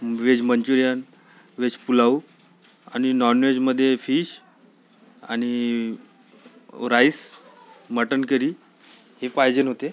veg manchurian veg pulao आणि नॉनव्हेजमधे fish आणि राईस मटण करी हे पाहिजेन होते